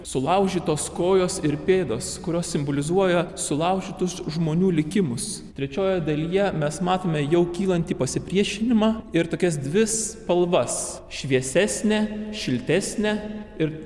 sulaužytos kojos ir pėdos kurios simbolizuoja sulaužytus žmonių likimus trečiojoje dalyje mes matome jau kylantį pasipriešinimą ir tokias dvi spalvas šviesesnę šiltesnę ir